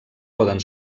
poden